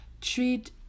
treat